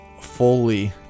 fully